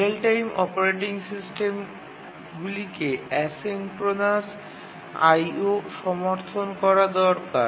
real time operating সিস্টেমগুলিকে asynchronous IO সমর্থন করা দরকার